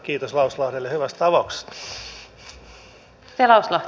kiitos lauslahdelle hyvästä avauksesta